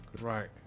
Right